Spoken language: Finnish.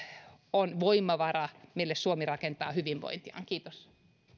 ovat voimavara mille suomi rakentaa hyvinvointiaan kiitos